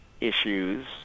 issues